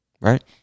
Right